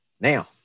Now